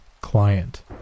client